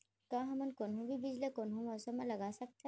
का हमन कोनो भी बीज ला कोनो मौसम म लगा सकथन?